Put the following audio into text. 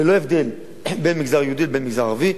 ללא הבדל בין מגזר יהודי לבין מגזר ערבי,